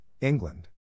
England